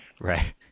Right